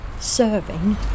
serving